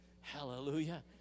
Hallelujah